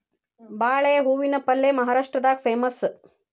ಬಾಳೆ ಹೂವಿನ ಪಲ್ಯೆ ಮಹಾರಾಷ್ಟ್ರದಾಗ ಪೇಮಸ್